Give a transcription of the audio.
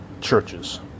churches